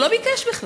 הוא לא ביקש בכלל,